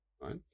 right